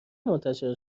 منتشر